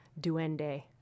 duende